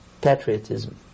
patriotism